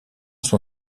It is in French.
son